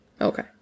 Okay